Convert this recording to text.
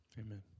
Amen